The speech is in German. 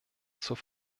zur